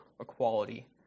equality